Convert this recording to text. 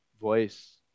voice